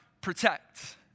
protect